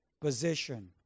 position